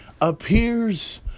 appears